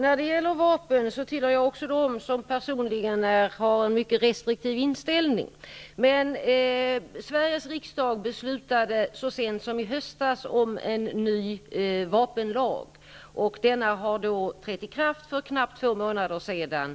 Fru talman! Jag tillhör personligen dem som har en mycket restriktiv inställning när det gäller vapen. Sveriges riksdag beslutade så sent som i höstas om en ny vapenlag. Denna trädde i kraft för knappt två månader sedan.